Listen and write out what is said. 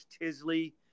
Tisley